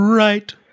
Right